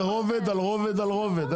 זה רובד על רובד על רובד,